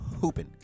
Hooping